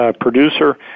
producer